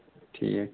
ٹھیٖک